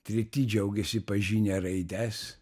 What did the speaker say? treti džiaugėsi pažinę raides